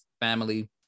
family